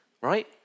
Right